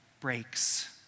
breaks